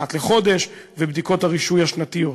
אחת לחודש ובדיקות רישוי שנתיות.